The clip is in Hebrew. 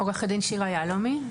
עו"ד שירה יהלומי.